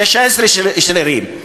16 שרירים.